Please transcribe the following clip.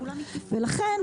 ולכן,